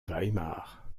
weimar